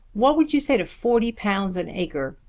what would you say to forty pounds an acre?